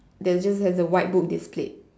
that just has a white book displayed